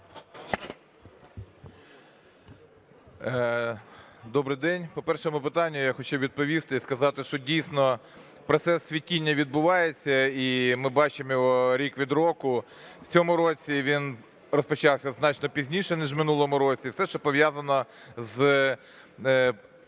Добрий день! По першому питанню я хочу відповісти і сказати, що дійсно процес цвітіння відбувається, і ми бачимо його рік від року. В цьому році він розпочався значно пізніше, ніж у минулому році. Це пов'язано із погодними